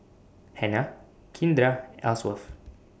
Hannah Kindra and Ellsworth